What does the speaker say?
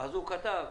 כתב: